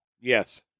Yes